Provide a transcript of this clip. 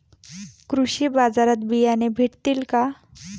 कृषी बाजारात बियाणे भेटतील का?